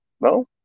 no